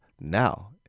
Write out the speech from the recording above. Now